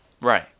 Right